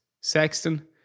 Sexton